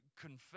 confess